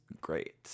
great